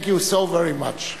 Thank you so very much.